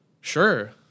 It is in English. sure